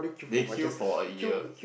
they queue for a year